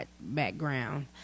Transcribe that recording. background